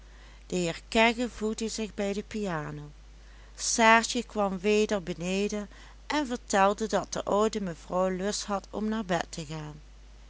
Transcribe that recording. de heer kegge voegde zich bij de piano saartje kwam weder beneden en vertelde dat de oude mevrouw lust had om naar bed te gaan